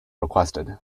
requested